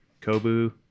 kobu